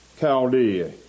Chaldea